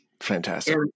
Fantastic